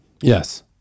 Yes